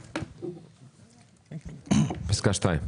בסדר.